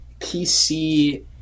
PC